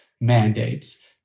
mandates